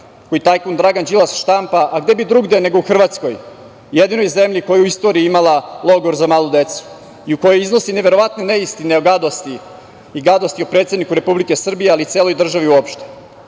koju tajkun Dragan Đilas štampa, a gde bi drugde nego u Hrvatskoj, jedinoj zemlji koja je u istoriji imala logor za malu decu i u kojoj iznosi neverovatne neistine i gadosti o predsedniku Republike Srbije ali i celoj državi uopšte.